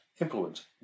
influence